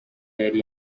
yari